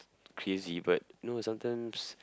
crazy but you know sometimes